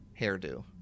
hairdo